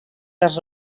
les